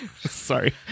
sorry